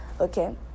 okay